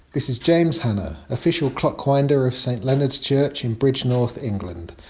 this is james hanna, official clock winder of st. leonard's church in bridgnorth england,